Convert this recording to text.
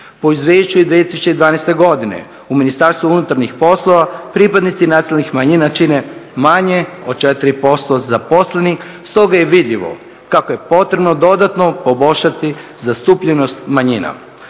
U izvješću 2012. godine u Ministarstvu unutarnjih poslova pripadnici nacionalnih manjina čine manje od 4% zaposlenih. Stoga je vidljivo kako je potrebno dodatno poboljšati zastupljenost manjina.